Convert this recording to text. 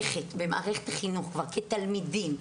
אני אשאיר את זה תיכף למשרד החינוך שיתייחס בהקשר החינוכי.